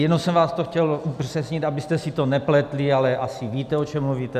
Jen jsem to chtěl upřesnit, abyste si to nepletli, ale asi víte, o čem mluvíte.